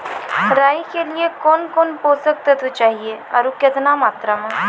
राई के लिए कौन कौन पोसक तत्व चाहिए आरु केतना मात्रा मे?